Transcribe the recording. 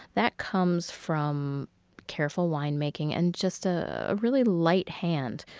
that comes from careful winemaking and just a really light hand.